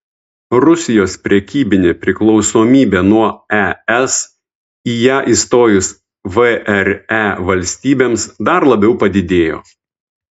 rusijos prekybinė priklausomybė nuo es į ją įstojus vre valstybėms dar labiau padidėjo